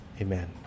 amen